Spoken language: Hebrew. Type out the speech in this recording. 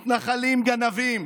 מתנחלים גנבים,